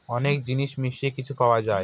অনেক জিনিস মিশিয়ে কিছু পাওয়া যায়